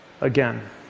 again